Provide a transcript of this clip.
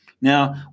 Now